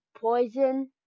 Poison